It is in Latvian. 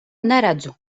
neredzu